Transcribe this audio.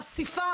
חשיפה,